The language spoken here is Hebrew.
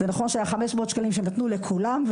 ונכון שהחמש מאות שקלים שנתנו לכולם,